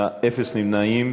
אין נמנעים.